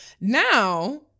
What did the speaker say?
Now